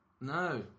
No